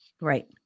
Right